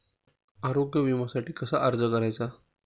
आरोग्य विम्यासाठी कसा अर्ज करायचा?